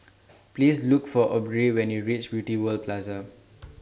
Please Look For Aubrie when YOU REACH Beauty World Plaza